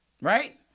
Right